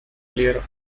clear